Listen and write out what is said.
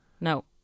No